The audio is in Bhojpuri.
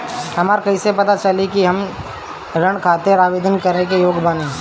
हमरा कईसे पता चली कि हम ऋण खातिर आवेदन करे के योग्य बानी?